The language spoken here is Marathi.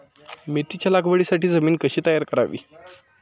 मेथीच्या लागवडीसाठी जमीन कशी तयार करावी?